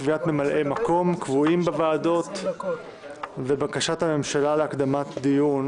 קביעת ממלאי מקום קבועים בוועדות ובקשת הממשלה להקדמת דיון